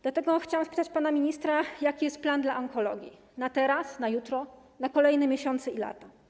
Dlatego chciałam spytać pana ministra: Jaki jest plan dla onkologii na teraz, na jutro, na kolejne miesiące i lata?